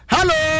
Hello